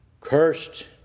Cursed